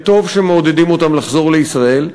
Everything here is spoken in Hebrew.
וטוב שמעודדים אותם לחזור לישראל,